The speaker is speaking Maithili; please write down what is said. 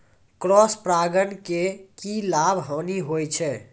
क्रॉस परागण के की लाभ, हानि होय छै?